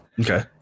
Okay